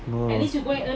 no